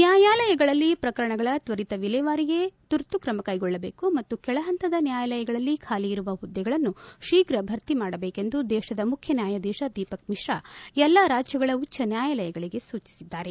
ನ್ಡಾಯಾಲಯಗಳಲ್ಲಿ ಪ್ರಕರಣಗಳ ತ್ವರಿತ ವಿಲೇವಾರಿಗೆ ತುರ್ತುಕ್ರಮ ಕೈಗೊಳ್ಳಬೇಕು ಮತ್ತು ಕೆಳಹಂತದ ನ್ನಾಯಾಲಯಗಳಲ್ಲಿ ಬಾಲಿ ಇರುವ ಹುದ್ದೆಗಳನ್ನು ಶೀಘು ಭರ್ತಿ ಮಾಡಬೇಕೆಂದು ದೇಶದ ಮುಖ್ಯ ನ್ನಾಯಾಧಿಶ ದೀಪಕರ್ ಮಿಶ್ರಾ ಎಲ್ಲಾ ರಾಜ್ಯಗಳ ಉಚ್ದ ನ್ವಾಯಾಲಯಗಳಿಗೆ ಸೂಚಿಸಿದ್ದಾರೆ